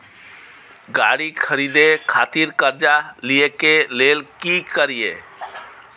गाड़ी खरीदे खातिर कर्जा लिए के लेल की करिए?